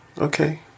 Okay